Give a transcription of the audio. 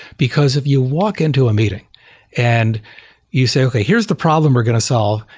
because if you walk into a meeting and you say, okay, here's the problem we're going to solve.